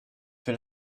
will